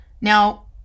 Now